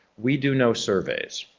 we do no surveys.